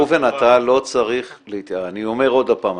אתה לא צריך ל אני אומר עוד פעם,